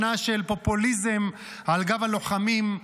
שנה של פופוליזם על גב הלוחמים,